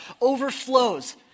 overflows